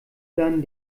dann